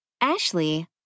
Ashley